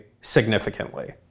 significantly